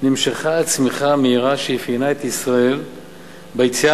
נמשכה הצמיחה המהירה שאפיינה את ישראל ביציאה